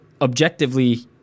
objectively